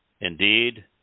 Indeed